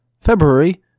February